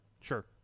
Sure